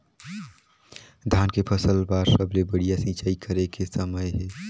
धान के फसल बार सबले बढ़िया सिंचाई करे के समय हे?